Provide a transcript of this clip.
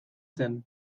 zen